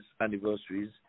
anniversaries